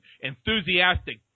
enthusiastic